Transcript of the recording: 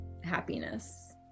happiness